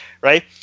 right